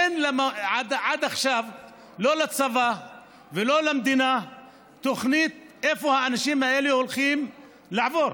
אין עד עכשיו לא לצבא ולא למדינה תוכנית לאן האנשים האלה הולכים לעבור.